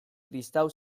kristau